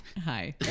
Hi